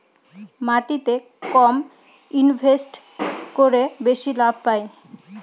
মাটিতে কম ইনভেস্ট করে বেশি লাভ পাই